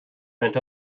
bent